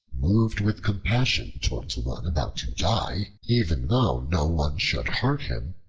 moved with compassion towards one about to die even though no one should hurt him,